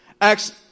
Acts